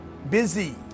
busy